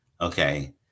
okay